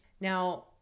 Now